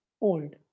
old